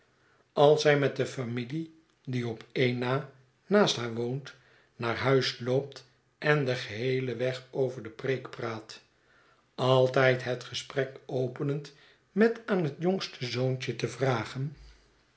als zij met de familie die op een na naast haar woont naar huis loopt en den geheelen weg over de preek praat altijd het gesprek openend met aan net jongste zoontje te vragen